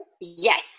Yes